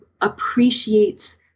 appreciates